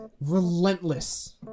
relentless